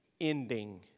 ending